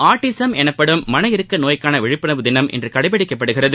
autism எனப்படும் மன இறுக்க நோய்க்கான விழிப்புணர்வு தினம் இன்று கடைபிடிக்கப்படுகிறது